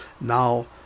now